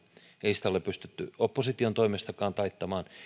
ei sitä ole pystytty oppositionkaan toimesta taittamaan